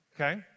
okay